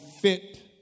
fit